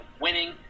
winning